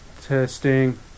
testing